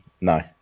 No